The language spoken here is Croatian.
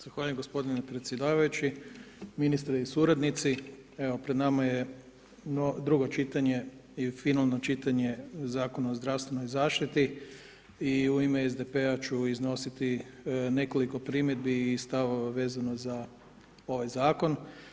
Zahvaljujem gospodine predsjedavajući, ministre i suradnici evo pred nama je drugo čitanje finalno čitanje Zakona o zdravstvenoj zaštiti i u ime SDP-a ću iznositi nekoliko primjedbi i stavova vezano za ovaj zakon.